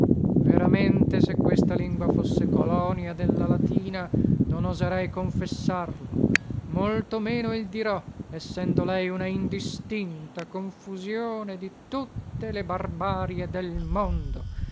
veramente se questa lingua fosse colonia della latina non oserei confessarlo molto meno il dirò essendo lei una indistinta confusione di tutte le barbarie del mondo